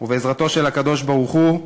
ובעזרתו של הקדוש-ברוך-הוא,